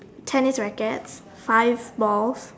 tennis rackets five balls